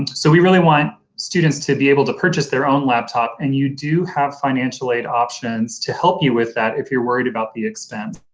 and so we really want students to be able to purchase their own laptop and you do have financial aid options to help you with that if you're worried about the expense.